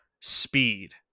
speed